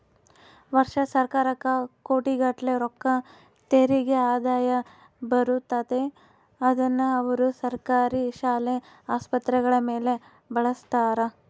ವರ್ಷಾ ಸರ್ಕಾರಕ್ಕ ಕೋಟಿಗಟ್ಟಲೆ ರೊಕ್ಕ ತೆರಿಗೆ ಆದಾಯ ಬರುತ್ತತೆ, ಅದ್ನ ಅವರು ಸರ್ಕಾರಿ ಶಾಲೆ, ಆಸ್ಪತ್ರೆಗಳ ಮೇಲೆ ಬಳಸ್ತಾರ